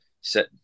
set